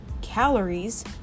calories